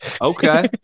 Okay